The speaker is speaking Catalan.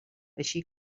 així